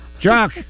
Chuck